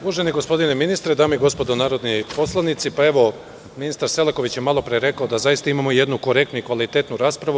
Uvaženi gospodine ministre, dame i gospodo narodni poslanici, ministar Selaković je malopre rekao da zaista imamo jednu korektnu i kvalitetnu raspravu.